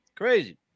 crazy